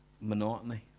monotony